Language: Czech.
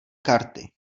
karty